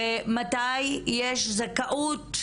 מתי יש זכאות,